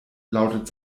lautet